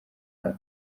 nta